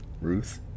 Ruth